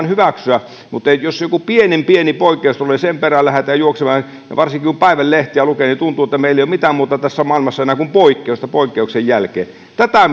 hyväksyä mutta jos joku pienen pieni poikkeus tulee ja sen perään lähdetään juoksemaan niin varsinkin kun päivän lehtiä lukee niin tuntuu että meillä ei ole mitään muuta tässä maailmassa enää kuin poikkeusta poikkeuksen jälkeen tätä